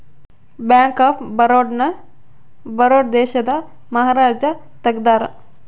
bank of Baroda ನ ಬರೋಡ ದೇಶದ ಮಹಾರಾಜ ತೆಗ್ದಾರ